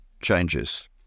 changes